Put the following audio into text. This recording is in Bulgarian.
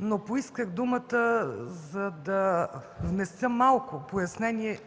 но поисках думата, за да внеса малко пояснение